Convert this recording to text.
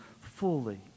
fully